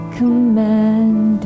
commanded